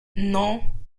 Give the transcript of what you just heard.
non